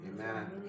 Amen